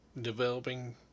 developing